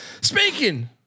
Speaking